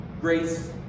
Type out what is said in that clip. Grace